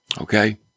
okay